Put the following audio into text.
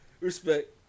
respect